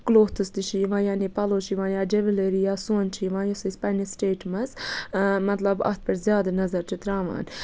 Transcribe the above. کٕلوتٕھس تہِ چھِ یِوان یعنی پَلو چھِ یِوان یا جِوَلری یا سۄن چھُ یِوان یُس أسۍ پَننہِ سِٹیٹ مَنٛز مطلب اَتھ پٮ۪ٹھ زیادٕ نظر چھِ تراوان